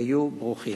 היו ברוכים.